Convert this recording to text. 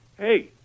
Hey